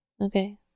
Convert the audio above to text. okay